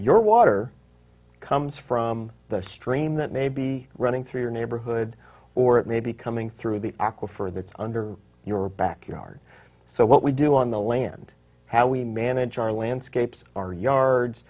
your water comes from the stream that may be running through your neighborhood or it may be coming through the aquifer that's under your backyard so what we do on the land how we manage our landscapes are yards